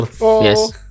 Yes